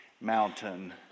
Mountain